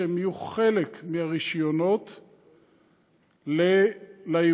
שיהיו חלק מהרישיונות ליבואנים.